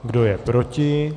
Kdo je proti?